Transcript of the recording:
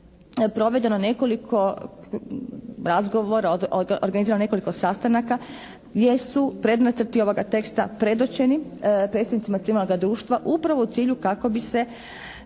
provedeno nekoliko razgovora, organizirano nekoliko sastanaka gdje su predmeti ovoga teksta predočeni predstavnicima civilnog društva upravo u cilju kako bi se